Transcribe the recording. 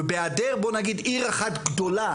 ובהעדר בו עיר אחת גדולה,